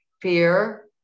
Fear